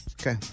Okay